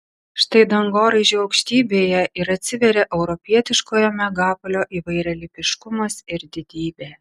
štai dangoraižių aukštybėje ir atsiveria europietiškojo megapolio įvairialypiškumas ir didybė